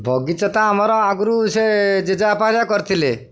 ବଗିଚା ତ ଆମର ଆଗରୁ ସେ ଜେଜେବାପା କରିଥିଲେ